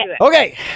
Okay